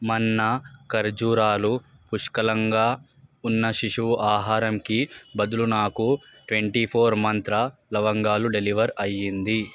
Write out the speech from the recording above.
మన్నా ఖర్జూరాలు పుష్కలంగా ఉన్న శిశువు ఆహారంకి బదులు నాకు ట్వంటీ ఫోర్ మంత్ర లవంగాలు డెలివర్ అయ్యింది